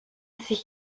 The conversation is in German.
sich